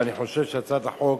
ואני חושב שהצעת החוק